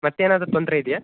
ಮತ್ತೇನಾದರೂ ತೊಂದರೆ ಇದೆಯಾ